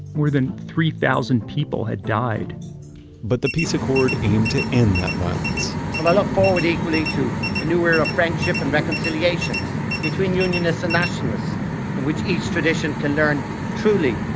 more than three thousand people had died but the peace accord aimed to end that violence well, i look forward equally to a new way or a friendship and reconciliation between unionists and nationalists, in which each tradition can learn truly,